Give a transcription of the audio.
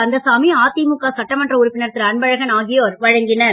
கந்தசாமி அதிமுக சட்டமன்ற உறுப்பினர் திரு அன்பழகன் ஆகியோர் வழங்கினர்